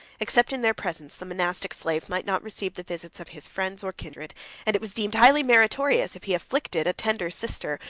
except in their presence, the monastic slave might not receive the visits of his friends or kindred and it was deemed highly meritorious, if he afflicted a tender sister,